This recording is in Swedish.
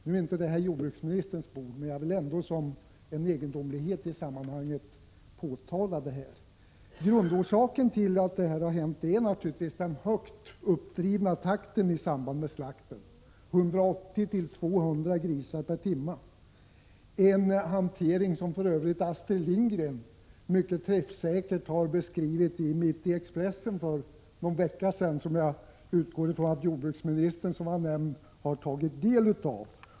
Nu är detta inte jordbruksministerns bord, men jag vill ändå påtala det som en egendomlighet i sammanhanget. Grundorsaken till att detta hänt är naturligtvis den högt uppdrivna takten i samband med slakten — 180-200 grisar per timme — en hantering som för övrigt Astrid Lindgren mycket träffsäkert har beskrivit i Mitt i Expressen för någon vecka sedan och som jag utgår från att jordbruksministern, som var nämnd, har tagit del av.